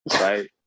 Right